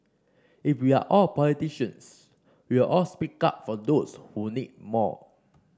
if we are all politicians we will all speak up for those who need more